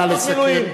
נא לסכם.